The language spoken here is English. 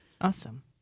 Awesome